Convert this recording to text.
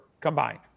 combined